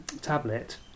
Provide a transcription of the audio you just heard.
tablet